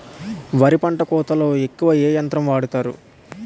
వరి పంట కోతలొ ఎక్కువ ఏ యంత్రం వాడతారు?